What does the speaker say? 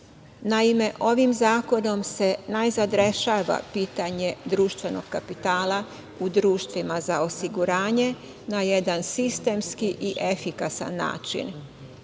Srbije. Naime, ovim zakonom se najzad rešava pitanje društvenog kapitala u društvima za osiguranje na jedan sistemski i efikasan način.